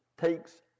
takes